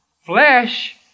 flesh